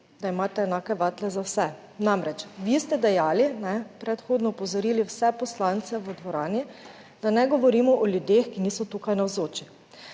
da imate enake vatle za vse. Namreč vi ste dejali, predhodno opozorili vse poslance v dvorani, da ne govorimo o ljudeh, ki niso tukaj navzoči.